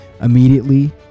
immediately